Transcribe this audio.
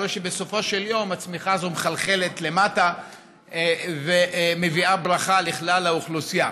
בסופו של יום הצמיחה הזאת מחלחלת למטה ומביאה ברכה לכלל האוכלוסייה.